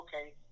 okay